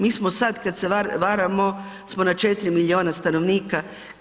Mi smo sad, kad se varamo na 4 milijuna stanovnika.